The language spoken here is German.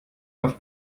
auf